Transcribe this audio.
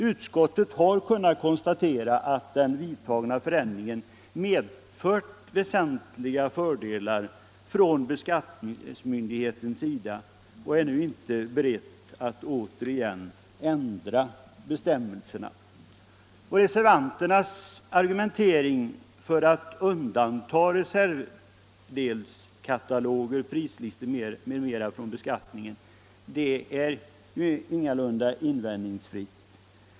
Utskottet har kunnat konstatera att den vidtagna förändringen medfört väsentliga fördelar för beskattningsmyndigheten och är nu inte berett att återigen ändra bestämmelserna. Reservanternas argumentering för att undanta reservdelskataloger, prislistor m.m. från beskattningen är ingalunda invändningsfri.